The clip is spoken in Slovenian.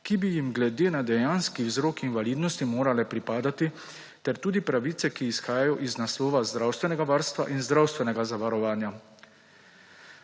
ki bi jim glede na dejanski vzrok invalidnosti morale pripadati, ter tudi pravice, ki izhajajo iz naslova zdravstvenega varstva in zdravstvenega zavarovanja.